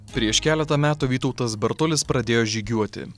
prieš keletą metų vytautas bartulis pradėjo žygiuoti